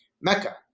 Mecca